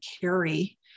carry